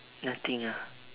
nothing ah